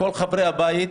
כל חברי הבית,